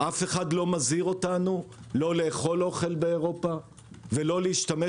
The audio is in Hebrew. אף אחד לא מזהיר אותנו לא לאכול אוכל באירופה ולא להשתמש